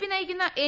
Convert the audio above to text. P നയിക്കുന്ന N